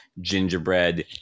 gingerbread